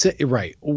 right